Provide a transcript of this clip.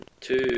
Two